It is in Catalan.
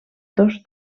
dos